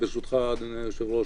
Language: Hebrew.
ברשותך אדוני היושב-ראש.